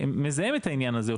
שמזהם את העניין הזה,